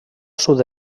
sud